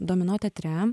domino teatre